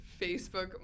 Facebook